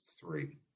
three